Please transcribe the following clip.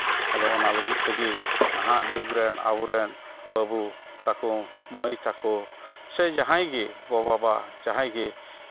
ᱟᱫᱚ ᱚᱱᱟ ᱞᱟᱹᱜᱤᱫ ᱛᱮᱜᱮ ᱱᱟᱦᱟᱜ ᱡᱩᱜᱽ ᱨᱮᱱ ᱟᱵᱳ ᱨᱮᱱ ᱵᱟᱹᱵᱩ ᱛᱟᱠᱚ ᱢᱟᱹᱭ ᱛᱟᱠᱚ ᱥᱮ ᱡᱟᱦᱟᱸᱭ ᱜᱮ ᱜᱚᱼᱵᱟᱵᱟ ᱡᱟᱦᱟᱸᱭ ᱜᱮ